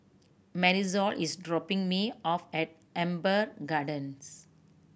Marisol is dropping me off at Amber Gardens